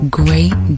great